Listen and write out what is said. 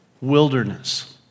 wilderness